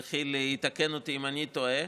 וחילי יתקן אותי אם אני טועה,